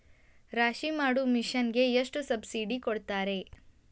ರಾಶಿ ಮಾಡು ಮಿಷನ್ ಗೆ ಎಷ್ಟು ಸಬ್ಸಿಡಿ ಕೊಡ್ತಾರೆ?